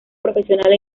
profesional